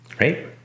Right